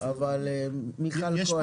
אבל מיכל כהן.